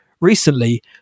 recently